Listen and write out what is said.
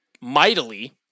mightily